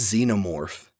Xenomorph